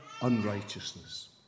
unrighteousness